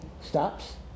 stops